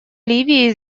ливии